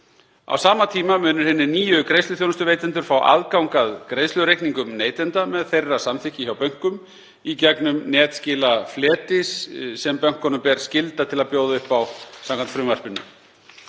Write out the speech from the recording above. Á sama tíma munu hinir nýju greiðsluþjónustuveitendur fá aðgang að greiðslureikningum neytenda, með þeirra samþykki, hjá bönkum í gegnum netskilafleti sem bönkunum ber skylda til að bjóða upp á samkvæmt frumvarpinu.